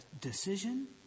decision